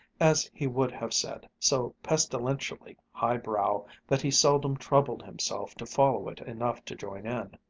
as he would have said, so pestilentially high-brow that he seldom troubled himself to follow it enough to join in.